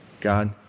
God